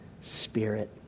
spirit